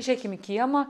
užeikim į kiemą